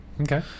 okay